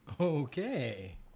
Okay